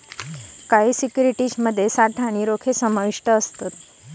काही सिक्युरिटीज मध्ये साठा आणि रोखे समाविष्ट असत